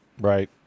Right